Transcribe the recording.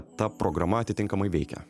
ta programa atitinkamai veikia